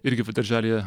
irgi va darželyje